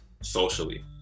socially